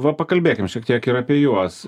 va pakalbėkim šiek tiek ir apie juos